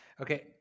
Okay